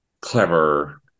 clever